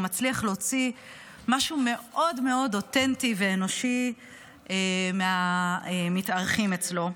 הוא מצליח להוציא משהו מאוד מאוד אותנטי ואנושי מהמתארחים אצלו.